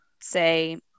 say